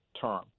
term